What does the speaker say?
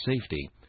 safety